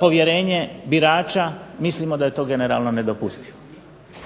povjerenje birača, mislimo da je to generalno nedopustivo.